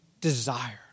desire